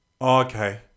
Okay